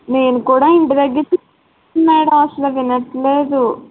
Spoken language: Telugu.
నేను కూడా ఇంటి దగ్గర చెప్ మేడమ్ అసలు వినట్లేదు